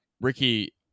Ricky